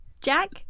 Jack